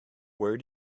where